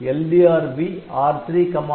LDRB R3R0